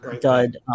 dud